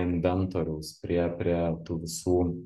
inventoriaus prie prie tų visų